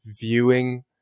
viewing